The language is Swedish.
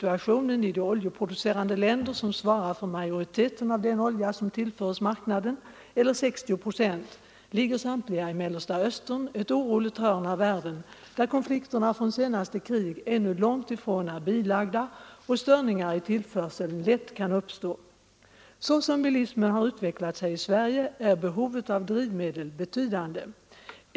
De oljeproducerande länder som svarar för det mesta av den olja som tillförs marknaden, eller 60 procent, ligger samtliga i Mellersta Östern, ett oroligt hörn av världen, där konflikterna från de senaste krigen ännu är långt ifrån bilagda. Störningar i oljetillförseln kan därför lätt uppstå. Såsom bilismen utvecklat sig i Sverige är behovet av drivmedel betydande.